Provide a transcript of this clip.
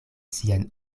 sian